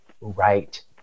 right